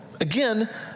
Again